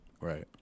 right